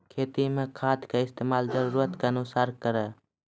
खेती मे खाद के इस्तेमाल जरूरत के अनुसार करऽ